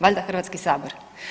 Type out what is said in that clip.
Valjda Hrvatski sabor.